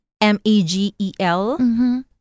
M-A-G-E-L